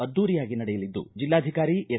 ಅದ್ಯೂರಿಯಾಗಿ ನಡೆಯಲಿದ್ದು ಜಿಲ್ಲಾಧಿಕಾರಿ ಎಸ್